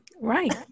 Right